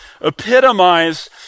epitomized